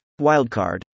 wildcard